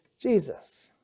Jesus